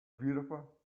beautiful